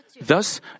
Thus